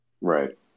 Right